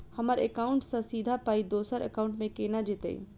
हम्मर एकाउन्ट सँ सीधा पाई दोसर एकाउंट मे केना जेतय?